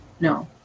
No